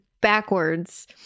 backwards